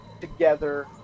together